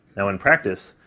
now in practice,